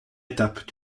étape